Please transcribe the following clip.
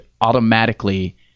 automatically